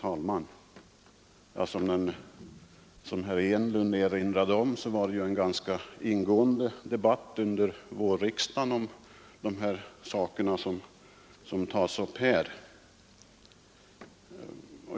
Herr talman! Som herr Enlund erinrade om förde vi en ganska ingående debatt under vårriksdagen om dessa frågor.